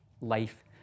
life